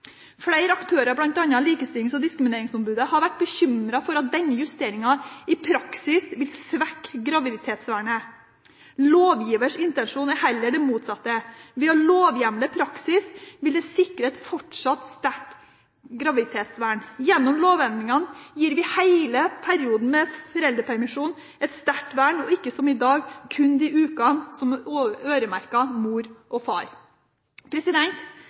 Flere aktører, bl.a. Likestillings- og diskrimineringsombudet, har vært bekymret for at denne justeringen i praksis vil svekke graviditetsvernet. Lovgivers intensjon er heller det motsatte. Å lovhjemle praksis vil sikre et fortsatt sterkt graviditetsvern. Gjennom lovendringene gir vi hele perioden med foreldrepermisjon et sterkt vern, og ikke som i dag, kun de ukene som er øremerket mor og far.